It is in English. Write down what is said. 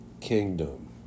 kingdom